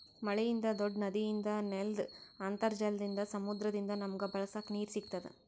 ಮಳಿಯಿಂದ್, ದೂಡ್ಡ ನದಿಯಿಂದ್, ನೆಲ್ದ್ ಅಂತರ್ಜಲದಿಂದ್, ಸಮುದ್ರದಿಂದ್ ನಮಗ್ ಬಳಸಕ್ ನೀರ್ ಸಿಗತ್ತದ್